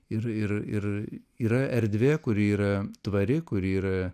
ir ir ir yra erdvė kuri yra tvari kuri yra